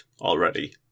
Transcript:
already